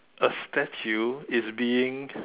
a statue is being